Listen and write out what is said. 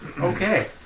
Okay